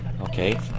okay